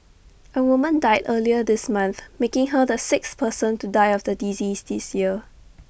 A woman died earlier this month making her the sixth person to die of the disease this year